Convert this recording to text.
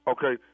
Okay